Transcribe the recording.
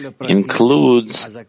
includes